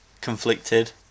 conflicted